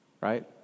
right